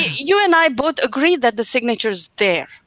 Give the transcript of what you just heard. you and i both agree that the signature is there,